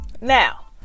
Now